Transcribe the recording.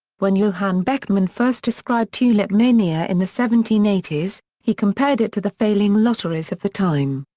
when johann beckmann first described tulip mania in the seventeen eighty s, he compared it to the failing lotteries of the time.